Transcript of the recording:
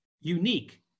unique